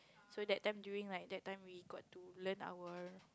so that time during like that time we got to learn our